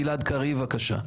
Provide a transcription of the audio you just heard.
חבר הכנסת גלעד קריב, בבקשה.